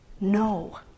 no